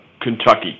Kentucky